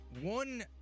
One